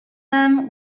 them